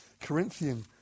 Corinthian